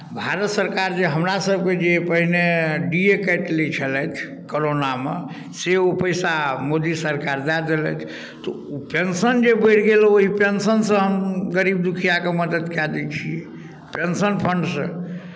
भारत सरकार जे हमरासभके जे पहिने डी ए काटि लै छलथि करोनामे से ओ पैसा आब मोदी सरकार दए देलथि तऽ ओ पेंशन जे बढ़ि गेल ओहि पेंशनसँ हम गरीब दुखियाकेँ मदद कए दै छियै पेंशन फंडसँ